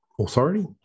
authority